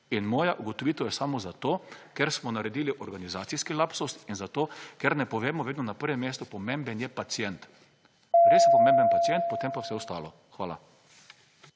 In moja ugotovitev je samo zato, ker smo naredili organizacijski lapsus, in zato, ker ne povemo vedno na prvem mestu: pomemben je pacient. / znak za konec razprave/ Res je pomemben pacient, potem pa vse ostalo. Hvala.